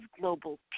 global